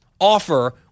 offer